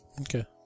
Okay